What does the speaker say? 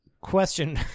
Question